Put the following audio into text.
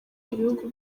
ibihugu